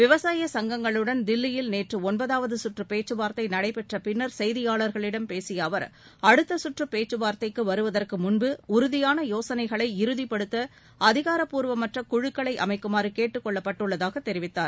விவசாய சங்கங்களுடன் தில்லியில் நேற்று ஒன்பதாவது கற்று பேச்சுவார்த்தை நடைபெற்ற பின்னர் செய்தியாள்களிடம் பேசிய அவர் அடுத்த கற்று பேச்சுவார்தைக்கு வருவதற்கு முன்பு உறுதியான யோசனைகளை இறுதிப்படுத்த அதிகாரப்பூர்வமற்ற குழுக்களை அமைக்குமாறு கேட்டுக்கொள்ளப்பட்டுள்ளதாக தெரிவித்தார்